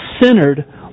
centered